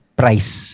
price